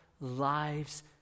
lives